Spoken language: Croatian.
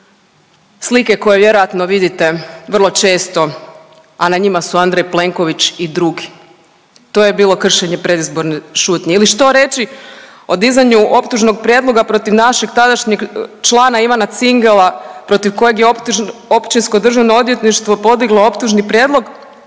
Slike koje vjerojatno vidite vrlo često, a na njima su Andrej Plenković i drugi. To je bilo kršenje predizborne šutnje. Ili što reći o dizanju optužnog prijedloga protiv našeg tadašnjeg člana Ivana Cingela protiv kojeg je Općinsko državno odvjetništvo podnijelo optužni prijedlog